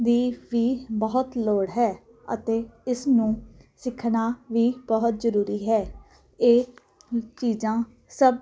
ਦੀ ਵੀ ਬਹੁਤ ਲੋੜ ਹੈ ਅਤੇ ਇਸ ਨੂੰ ਸਿੱਖਣਾ ਵੀ ਬਹੁਤ ਜ਼ਰੂਰੀ ਹੈ ਇਹ ਚੀਜ਼ਾਂ ਸਭ